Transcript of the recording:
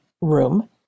room